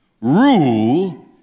rule